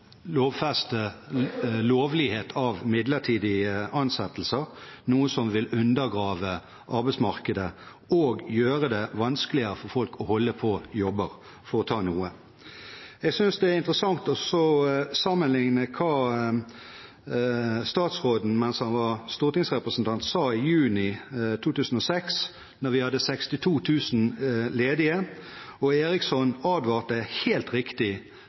lovfeste adgang til midlertidige ansettelser, noe som vil undergrave arbeidsmarkedet og gjøre det vanskeligere for folk å holde på jobber – for å nevne noe. Jeg synes det er interessant å se på hva statsråden sa i juni 2006 da han var stortingsrepresentant. Da hadde vi 62 000 ledige, og Eriksson advarte helt riktig